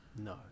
No